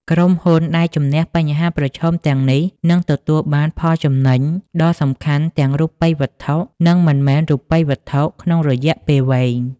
ក្រុមហ៊ុនដែលជម្នះបញ្ហាប្រឈមទាំងនេះនឹងទទួលបានផលចំណេញដ៏សំខាន់ទាំងរូបិយវត្ថុ និងមិនមែនរូបិយវត្ថុក្នុងរយៈពេលវែង។